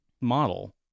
model